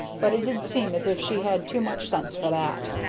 but it did seem as if she had too much sense for that.